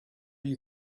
you